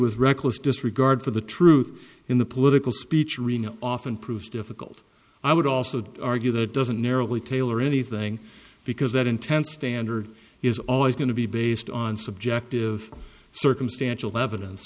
was reckless disregard for the truth in the political speech rina often proves difficult i would also argue that doesn't nearly tailor anything because that intent standard is always going to be based on subjective circumstantial evidence